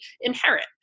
inherit